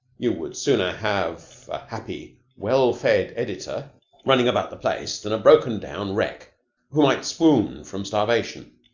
you would sooner have a happy, well-fed editor running about the place than a broken-down wreck who might swoon from starvation?